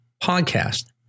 podcast